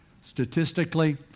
Statistically